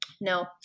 no